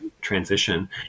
transition